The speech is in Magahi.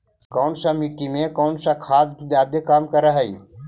कौन सा मिट्टी मे कौन सा खाद खाद जादे काम कर हाइय?